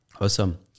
Awesome